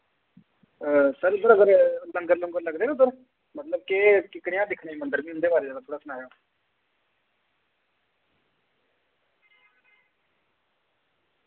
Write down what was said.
sir उद्दर अगर लंगर लुंगर लगदे न उद्दर मतलब केह् कि कनेया दिक्खने मंदर मिगी उंदे बारे जरा थोह्ड़ा सनायो